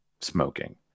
smoking